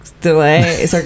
delay